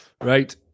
Right